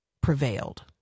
prevailed